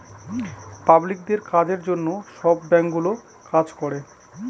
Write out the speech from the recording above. পাবলিকদের কাজের জন্য সব ব্যাঙ্কগুলো কাজ করে